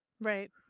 Right